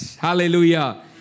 Hallelujah